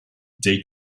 they